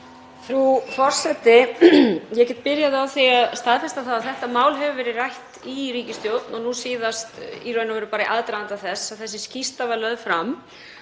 Frú forseti. Ég get byrjað á því að staðfesta að þetta mál hefur verið rætt í ríkisstjórn og nú síðast í raun og veru bara í aðdraganda þess að þessi skýrsla var lögð fram.